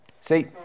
See